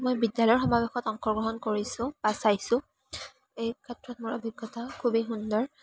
মই বিদ্যালয় সমাৱেশত অংশগ্ৰহণ কৰিছোঁ বা চাইছোঁ এই ক্ষেত্ৰত মোৰ অভিজ্ঞতা খুবেই সুন্দৰ